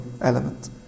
element